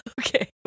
Okay